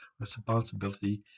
responsibility